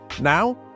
Now